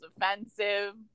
offensive